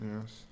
Yes